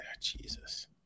Jesus